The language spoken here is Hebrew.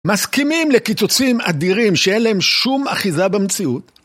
מסכימים לקיצוצים אדירים שאין להם שום אחיזה במציאות?